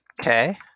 Okay